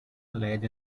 led